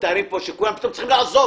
ומתארים פה שכולם צריכים לעזוב